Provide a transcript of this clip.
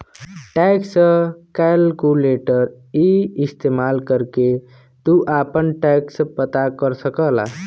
tax calculator क इस्तेमाल करके तू आपन टैक्स पता कर सकला